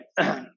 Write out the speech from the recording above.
okay